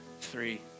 three